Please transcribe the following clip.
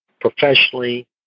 professionally